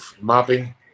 mopping